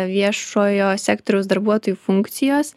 viešojo sektoriaus darbuotojų funkcijos